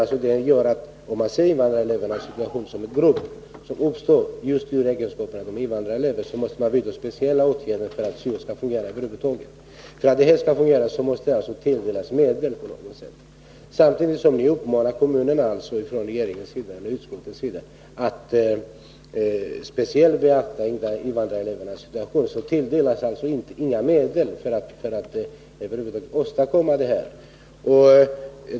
Ser man till invandrareleverna som grupp och tar hänsyn till problem söm uppstår just därför att det är fråga om invandrarelever, så måste man vidta speciella åtgärder för att syo-verksamheten över huvud taget skall fungera. Det måste på något sätt ställas medel till förfogande. Men samtidigt som ni från utskottets sida uppmanar kommunerna att speciellt beakta invandrarnas situation anslås inga medel.